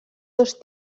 dos